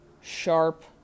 sharp